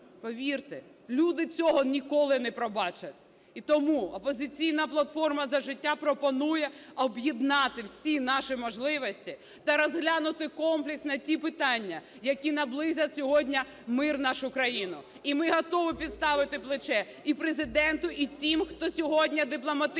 Повірте, люди цього ніколи не пробачать. І тому "Опозиційна платформа - За життя" пропонує об'єднати всі наші можливості та розглянути комплексно ті питання, які наблизять сьогодні мир в нашу країну. І ми готові підставити плече і Президенту, і тим, хто сьогодні дипломатичним